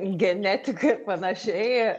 genetikai ir panašiai